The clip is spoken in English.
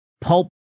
pulp